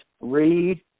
read